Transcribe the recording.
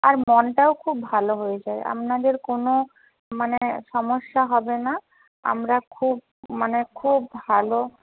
আর মনটাও খুব ভালো হয়ে যায় আপনারদের কোনো মানে সমস্যা হবে না আমরা খুব মানে খুব ভালো